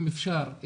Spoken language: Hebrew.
אם אפשר,